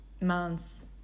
months